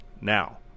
Now